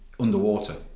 underwater